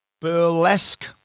burlesque